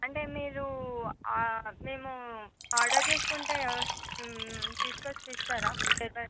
అంటే మీరు మేము ఆర్డర్ చేసుకుంటే తీసుకొచ్చి ఇస్తారా లేదా